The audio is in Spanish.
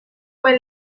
fue